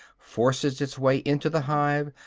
forces its way into the hive,